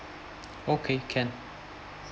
okay can